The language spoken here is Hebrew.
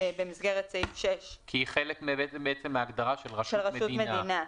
במסגרת סעיף 6. כי היא חלק מההגדרה של רשות מדינה.